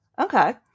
Okay